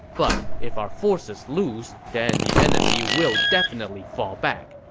but if our forces lose, then the enemy will definitely fall back.